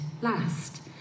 Last